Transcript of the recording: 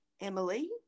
emily